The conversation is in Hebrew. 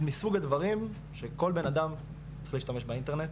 מסוג הדברים שכל בנאדם צריך להשתמש באינטרנט